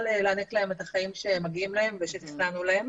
להעניק להם את החיים שמגיעים להם ותכננו להם.